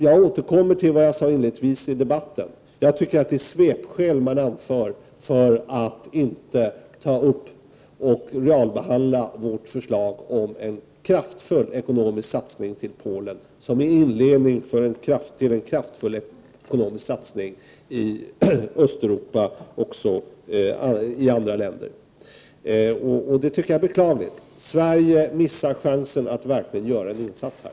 Jag återkommer till vad jag sade inledningsvis i debatten: Jag tycker att det är svepskäl man anför för att inte ta upp och realbehandla vårt förslag om en kraftfull ekonomisk satsning till Polen, som en inledning till en kraftfull ekonomisk satsning också i andra länder i Östeuropa. Det tycker jag är beklagligt. Sverige missar chansen att verkligen göra en insats här.